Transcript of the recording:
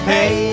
Hey